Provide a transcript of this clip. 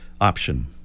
option